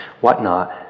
whatnot